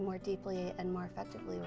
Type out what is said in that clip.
more deeply and more effectively